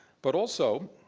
but also,